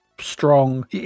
strong